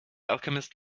alchemist